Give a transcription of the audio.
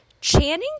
Channing